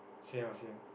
same ah same